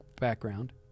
background